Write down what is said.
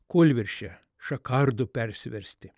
kūlvirsčia žakardu persiversti